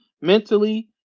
mentally